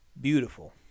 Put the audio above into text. beautiful